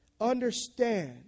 understand